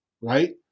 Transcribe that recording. right